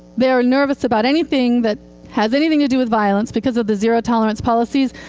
they're nervous about anything that has anything to do with violence because of the zero tolerance policies.